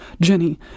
Jenny